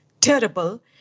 terrible